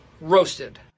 Roasted